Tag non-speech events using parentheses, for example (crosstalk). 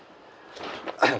(coughs)